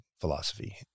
philosophy